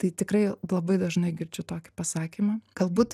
tai tikrai labai dažnai girdžiu tokį pasakymą galbūt